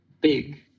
big